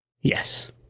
Yes